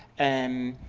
and